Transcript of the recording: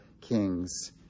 kings